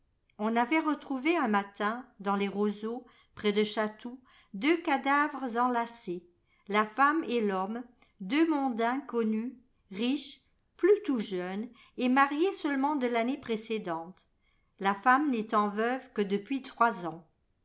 on avait retrouvé un matin dans les roseaux près de chatou deux cadavres enlacés la femme et l'homme deux mondains connus riches plus tout jeunes et mariés seulement de l'année précédente ia femme n'étant veuve que depuis trois ans